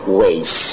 ways